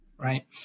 right